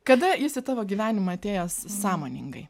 kada jis į tavo gyvenimą atėjo sąmoningai